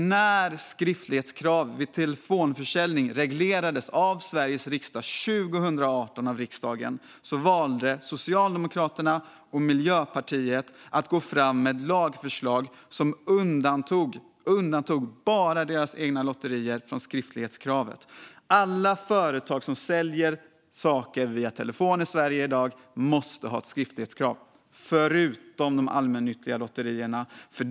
När skriftlighetskrav för telefonförsäljning reglerades av Sveriges riksdag 2018 valde Socialdemokraterna och Miljöpartiet att gå fram med lagförslag som undantog enbart deras egna lotterier från skriftlighetskravet. Alla företag som säljer saker via telefon i Sverige i dag måste ha ett skriftlighetskrav förutom de allmännyttiga lotterierna.